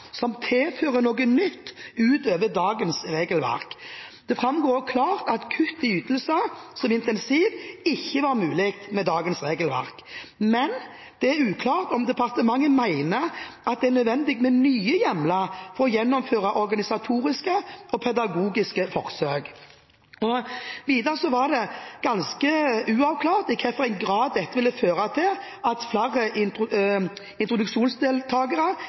som tilfører noe nytt utover dagens regelverk. Det framgår klart at kutt i ytelser som incentiv ikke er mulig med dagens regelverk, men det er uklart om departementet mener at det er nødvendig med nye hjemler for å gjennomføre organisatoriske og pedagogiske forsøk. Videre er det ganske uavklart i hvilken grad dette vil føre til at flere